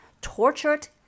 tortured